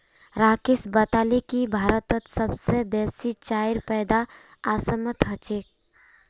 राकेश बताले की भारतत सबस बेसी चाईर पैदा असामत ह छेक